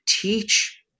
teach